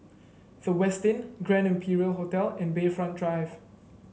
The Westin Grand Imperial Hotel and Bayfront Drive